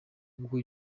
ubwo